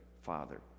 father